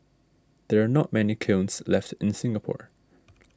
there are not many kilns left in Singapore